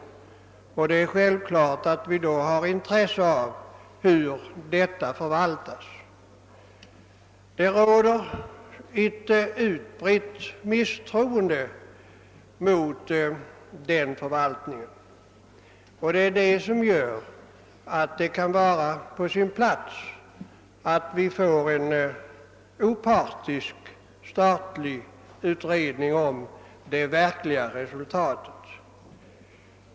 Det är klart att vi då har intresse av hur den förvaltas. Det råder en utbredd misstro mot den förvaltningen och det kan därför vara på sin plats att vi får till stånd en opartisk statlig utredning om det verkliga resultatet.